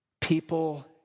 People